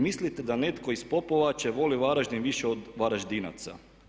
Mislite da netko iz Popovače voli Varaždin više od Varaždinaca.